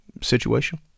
situation